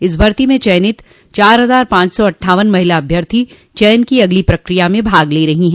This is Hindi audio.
इस भर्ती में चयनित चार हजार पांच सौ अट्ठावन महिला अभ्यर्थी चयन की अगली प्रकिया में भाग ले रही हैं